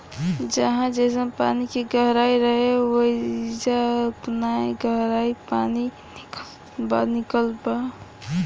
जहाँ जइसन पानी के गहराई रहे, ओइजा ओतना गहराई मे पानी निकलत बा